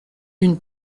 une